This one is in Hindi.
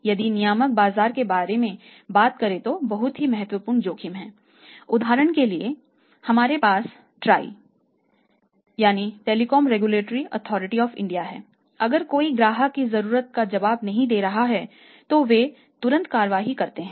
यदि नियामक बाजार के बारे में बात करें तो बहुत ही महत्वपूर्ण जोखिम है उदाहरण के लिए हमारे पास TRAI है अगर कोई ग्राहक की जरूरत का जवाब नहीं दे रहा है तो वे तुरंत कार्रवाई करते हैं